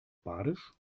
badisch